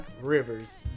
Rivers